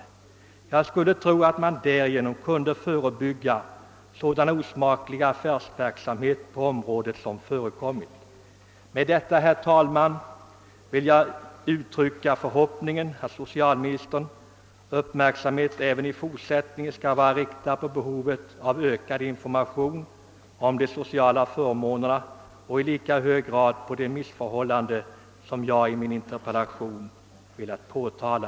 Jag skulle tro att man därigenom kunde förebygga sådan osmaklig affärsverksamhet på området som förekommit. Med detta, herr talman, vill jag uttrycka förhoppningen att socialministerns uppmärksamhet även i fortsättningen skall vara riktad på behovet av ökad information om de sociala förmånerna och i lika hög grad på de missförhållanden som jag i min interpellation ville påtala.